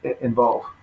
involve